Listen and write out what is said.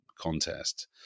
contest